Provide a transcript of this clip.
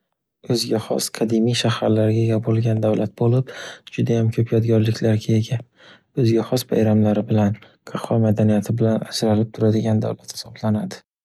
O’ziga xos qadimiy shaharlariga ega bo’lgan davlat bo’lib, judayam ko’p yodgorliklarga ega. O’ziga xos bayramlari bilan, qahva madaniyati bilan ajralib turadigan davlat hisoblanadi.